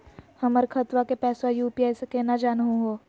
हमर खतवा के पैसवा यू.पी.आई स केना जानहु हो?